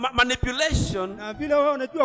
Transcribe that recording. manipulation